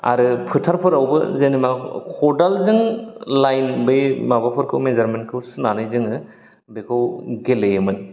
आरो फोथाफोरावबो जेनेबा खदालजों लाइन बै माबाफोरखौ मेजारमेन्ट खौ सुनानै जोङो बेखौ गेलेयोमोन